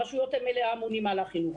הרשויות הן אלה האמונות על החינוך.